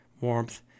warmth